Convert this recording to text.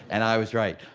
and i was right.